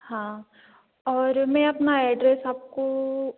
हाँ और मैं अपना एड्रेस आपको